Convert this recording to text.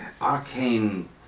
arcane